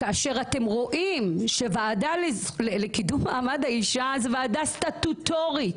כאשר אתם רואים שוועדה לקידום מעמד האישה זו ועדה סטטוטורית,